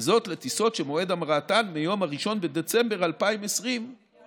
וזאת לטיסות שמועד המראתן מיום 1 בדצמבר 2020 ואילך.